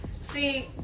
See